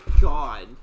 god